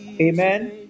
amen